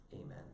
Amen